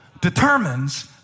determines